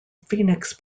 phoenix